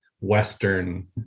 Western